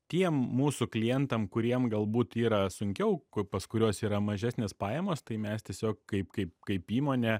tiem mūsų klientam kuriem galbūt yra sunkiau pas kurios yra mažesnės pajamos tai mes tiesiog kaip kaip kaip įmonė